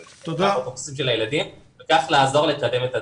צריך לעזור לקדם את הדברים.